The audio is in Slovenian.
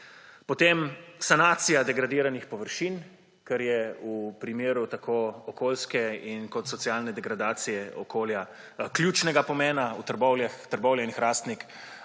Potem sanacija degradiranih površin, kar je v primeru tako okoljske kot socialne degradacije okolja ključnega pomena. Trbovlje in Hrastnik